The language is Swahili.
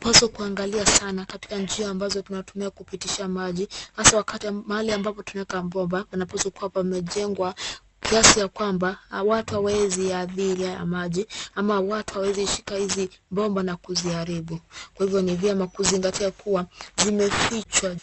Paswa kuangalia sana katika njia tunazotumia kupitisha maji, haswaa mahali tunaweka bomba, panapaswa kuwa pamejengwa kiasi ya kwamba watu hawaezi hadhiri haya maji, ama watu hawaezi shika hizi bomba na kuziharibu. Kwa hivyo ni vyema kuzingatia kuwa, zimefichwa